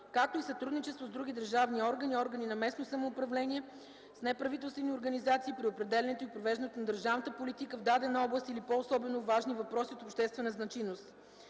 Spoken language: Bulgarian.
както и сътрудничество с други държавни органи, органи на местно самоуправление и с неправителствени организации при определянето и провеждането на държавната политика в дадена област или по особено важни въпроси от обществена значимост.